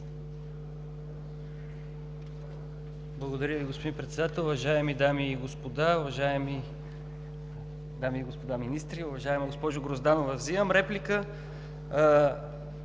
Благодаря, господин Председател. Уважаеми дами и господа, уважаеми дами и господа министри! Уважаема госпожо Грозданова, взимам реплика,